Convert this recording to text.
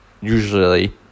usually